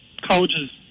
colleges